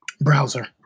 browser